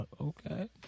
okay